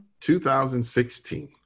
2016